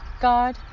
God